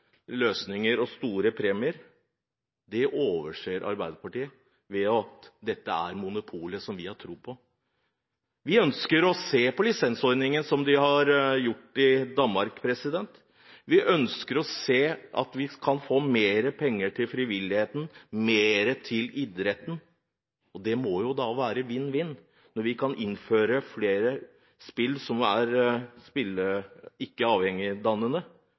løsninger og store premier, det overser Arbeiderpartiet, fordi dette er monopolet som man har tro på. Vi ønsker å se på lisensordningen, som de har gjort i Danmark. Vi ønsker å se at vi kan få mer penger til frivilligheten, mer til idretten, og det må jo være vinn–vinn når vi kan innføre flere spill som er ikke